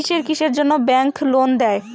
কিসের কিসের জন্যে ব্যাংক লোন দেয়?